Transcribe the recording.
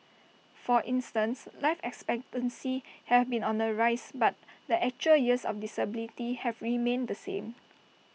for instance life expectancy have been on the rise but the actual years of disability have remained the same